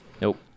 Nope